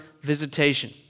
visitation